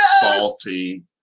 salty